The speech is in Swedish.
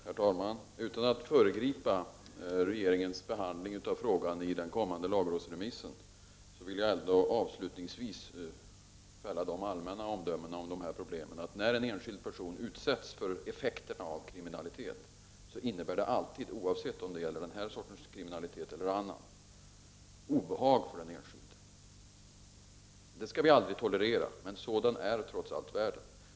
Herr talman! Utan att föregripa regeringens behandling av den kommande lagrådsremissen i frågan vill jag avslutningsvis fälla följande allmänna omdömen om dessa problem. När en enskild person utsätts för effekterna av kriminalitet innebär det alltid — oavsett om det gäller denna sorts kriminalitet eller annat — obehag för den enskilde. Det skall vi aldrig tolerera, men sådan är trots allt världen.